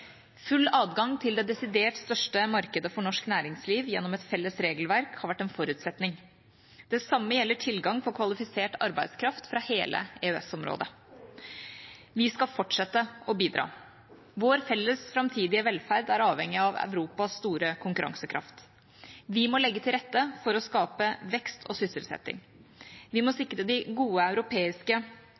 Full adgang til det desidert største markedet for norsk næringsliv gjennom et felles regelverk har vært en forutsetning. Det samme gjelder tilgang på kvalifisert arbeidskraft fra hele EØS-området. Vi skal fortsette å bidra. Vår felles framtidige velferd er avhengig av Europas store konkurransekraft. Vi må legge til rette for å skape vekst og sysselsetting. Vi må sikre de gode europeiske